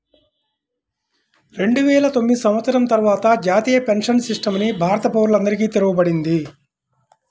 రెండువేల తొమ్మిది సంవత్సరం తర్వాత జాతీయ పెన్షన్ సిస్టమ్ ని భారత పౌరులందరికీ తెరవబడింది